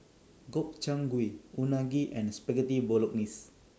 Gobchang Gui Unagi and Spaghetti Bolognese